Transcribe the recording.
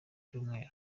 cyumweru